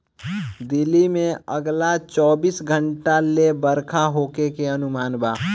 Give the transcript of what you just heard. दिल्ली में अगला चौबीस घंटा ले बरखा होखे के अनुमान बा